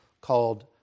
called